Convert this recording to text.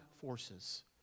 forces